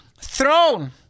throne